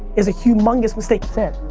is a humongous mistake. that's it,